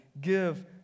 give